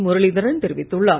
முரளிதரன் தெரிவித்துள்ளார்